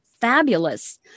fabulous